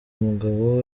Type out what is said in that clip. umugabo